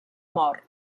mort